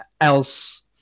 else